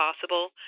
possible